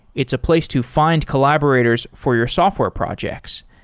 it's a place to find collaborators for your software projects.